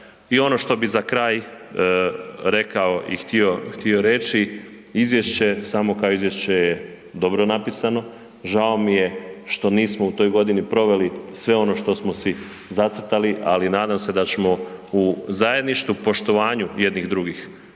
I ono što bi za kraj rekao i htio reći, izvješće, samo kao izvješće je dobro napisano, žao mi je što nismo u toj godini proveli sve ono što smo si zacrtali, ali nadam se da ćemo u zajedništvu, poštovanju jednih i drugih,